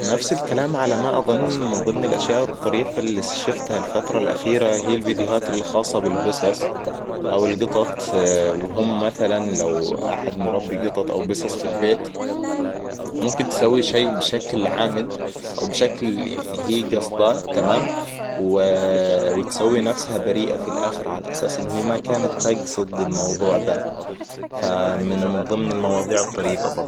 نفس الكلام على ما اظن من ضمن الاشياء الطريفة اللي شفتها الفترة الاخيرة هي الفيديوهات اللي خاصة بالبسس او القطط وهم مثلًا لو احد مربي قطط او بسس في البيت وممكن تسوي شي بشكل عامد او بشكل هي قصداه تمام وتسوي نفسها بريئة في الأخر على أساس إن هي ما كانت تقصد الموضوع ذا. فمن ضمن المواضيع الطريفة برضه